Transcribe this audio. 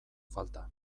falta